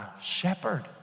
shepherd